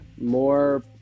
more